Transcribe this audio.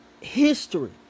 history